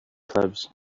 clubs